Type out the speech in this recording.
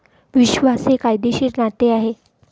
विश्वास हे कायदेशीर नाते आहे